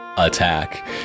attack